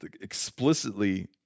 explicitly